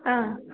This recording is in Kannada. ಆಂ